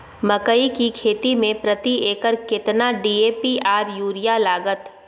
मकई की खेती में प्रति एकर केतना डी.ए.पी आर यूरिया लागत?